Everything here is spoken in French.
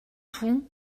tout